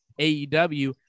AEW